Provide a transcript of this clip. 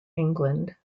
england